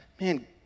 Man